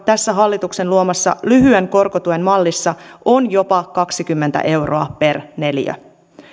tässä hallituksen luomassa lyhyen korkotuen mallissa on jopa kaksikymmentä euroa per neliö